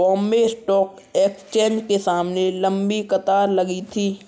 Bombay Stock Exchange के सामने लंबी कतार लगी थी